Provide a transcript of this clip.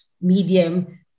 medium